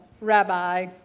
Rabbi